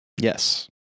Yes